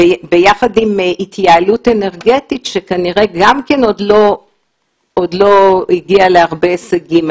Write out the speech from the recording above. יחד עם התייעלות אנרגטית שכנראה גם כן עוד לא הגיעה להרבה הישגים,